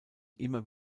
immer